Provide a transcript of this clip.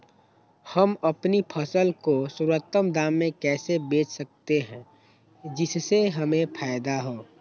हम अपनी फसल को सर्वोत्तम दाम में कैसे बेच सकते हैं जिससे हमें फायदा हो?